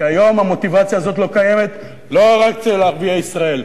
כיום המוטיבציה הזאת לא קיימת לא רק אצל ערביי ישראל,